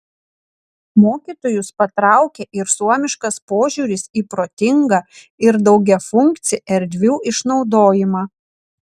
mokytojus patraukė ir suomiškas požiūris į protingą ir daugiafunkcį erdvių išnaudojimą